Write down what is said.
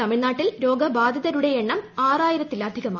തമിഴ്നാട്ടിൽ രോഗബാധി തരുടെ എണ്ണം ആറായിരത്തിലധികമായി